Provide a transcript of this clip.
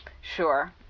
Sure